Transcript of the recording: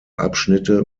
abschnitte